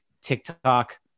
TikTok